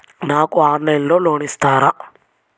నాకు ఆన్లైన్లో లోన్ ఇస్తారా?